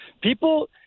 people